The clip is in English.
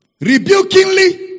rebukingly